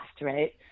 right